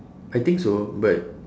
I think so but